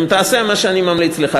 תעשה מה שאני ממליץ לך,